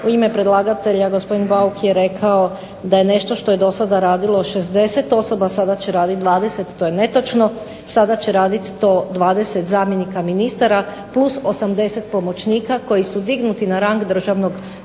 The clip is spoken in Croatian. u ime predlagatelja gospodin Bauk je rekao da nešto što je do sada radilo 60 osoba sada će raditi 20. To je netočno. Sada će raditi to 20 zamjenika ministara plus 80 pomoćnika koji su dignuti na rang državnog